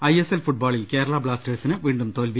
ISL ഫുട്ബോളിൽ കേരള ബ്ലാസ്റ്റേഴ്സിന് വീണ്ടും തോൽവി